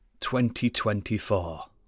2024